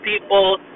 people